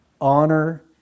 honor